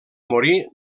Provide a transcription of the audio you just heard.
morir